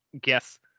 guess